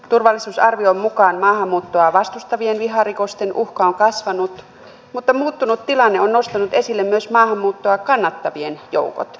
turvallisuusarvion mukaan maahanmuuttoa vastustavien viharikosten uhka on kasvanut mutta muuttunut tilanne on nostanut esille myös maahanmuuttoa kannattavien joukot